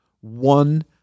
One